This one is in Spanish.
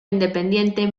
independiente